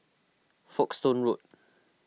Folkestone Road